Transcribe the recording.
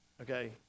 Okay